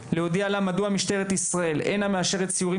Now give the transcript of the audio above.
בבקשה ליידע אותה מדוע משטרת ישראל אינה מאשרת מסלולים